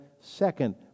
second